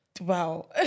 Wow